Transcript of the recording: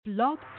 Blog